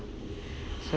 so